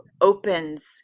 opens